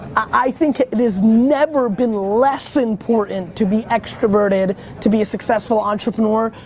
i think there's never been less important to be extroverted to be a successful entrepreneur.